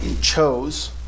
chose